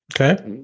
Okay